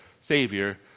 Savior